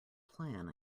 plan